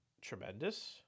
tremendous